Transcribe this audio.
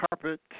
carpet